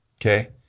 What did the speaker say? okay